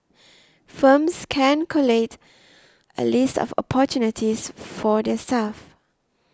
firms can collate a list of opportunities for their staff